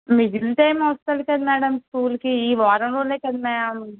మిగిలిన టైం వస్తుంది కదా మేడం స్కూలుకి ఈ వారం రోజులే కదా మ్యామ్